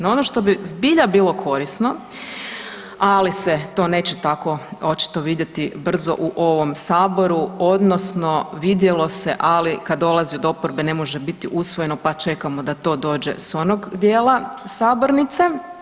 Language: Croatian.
No ono što bi zbilja bilo korisno, ali se to neće tako očito vidjeti brzo u ovom saboru odnosno vidjelo se, ali kad dolazi od oporbe ne može biti usvojeno, pa čekamo da to dođe s onog dijela sabornice.